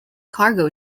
cargo